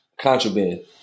Contraband